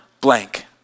blank